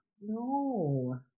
No